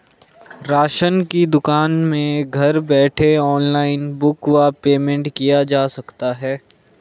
Ration की दुकान में घर बैठे ऑनलाइन बुक व पेमेंट किया जा सकता है?